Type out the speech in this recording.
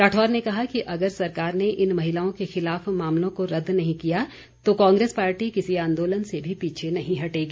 राठौर ने कहा कि अगर सरकार ने इन महिलाओं के खिलाफ मामलों को रद्द नही किया तो कांग्रेस पार्टी किसी आंदोलन से भी पीछे नहीं हटेगी